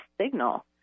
signal